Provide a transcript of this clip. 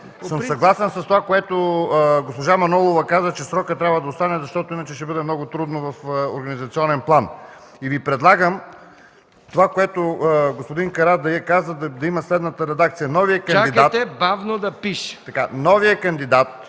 съм съгласен с това, което госпожа Манолова каза, че срокът трябва да остане, защото иначе ще бъде много трудно в организационен план. Предлагам Ви това, което господин Карадайъ каза, да има следната редакция. ПРЕДСЕДАТЕЛ МИХАИЛ